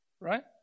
right